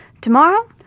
tomorrow